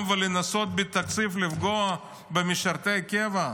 ולנסות בתקציב לפגוע במשרתי הקבע?